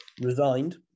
resigned